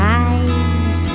eyes